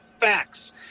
facts